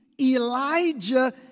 Elijah